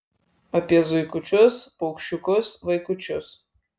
apie zuikučius paukščiukus vaikučius